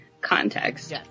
context